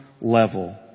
level